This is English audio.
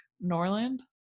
Norland